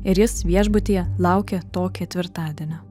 ir jis viešbutyje laukė to ketvirtadienio